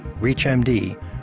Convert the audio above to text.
ReachMD